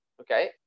Okay